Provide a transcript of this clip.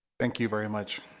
thank you very much